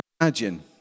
imagine